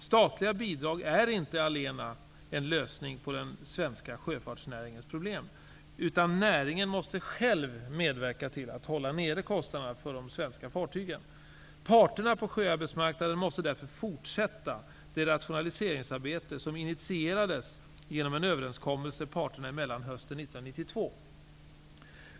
Statliga bidrag är inte allena en lösning på den svenska sjöfartsnäringens problem, utan näringen måste själv medverka till att hålla nere kostnaderna för de svenska fartygen. Parterna på sjöarbetsmarknaden måste därför fortsätta det rationaliseringsarbete som initierades genom en överenskommelse parterna emellan hösten 1992.